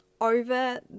over